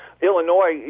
Illinois